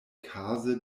kaze